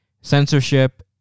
censorship